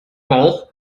bauch